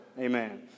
Amen